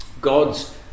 God's